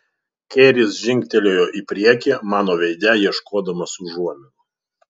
keris žingtelėjo į priekį mano veide ieškodamas užuominų